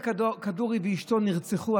יהודה כדורי ואשתו נרצחו,